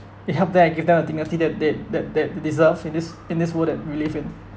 it helped that it give them a dignity that that that that they deserve in this in this world that we live in